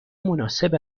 مناسب